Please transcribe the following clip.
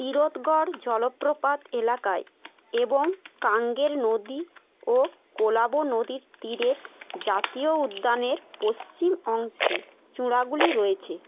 তীরথগড় জলপ্রপাত এলাকায় এবং কাঙ্গের নদী ও কোলাবো নদীর তীরের জাতীয় উদ্যানের পশ্চিম অংশে চূড়াগুলি রয়েছে